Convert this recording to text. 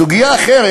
סוגיה אחרת,